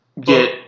get